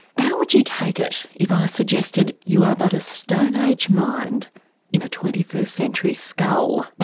how would you take it if i suggested you are but a stone age mind in a twenty first century skull?